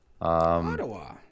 Ottawa